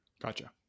gotcha